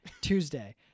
Tuesday